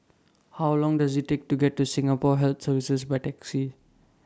How Long Does IT Take to get to Singapore Health Services By Taxi